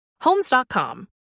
Homes.com